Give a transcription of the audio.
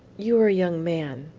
you are a young man,